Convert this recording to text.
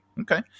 Okay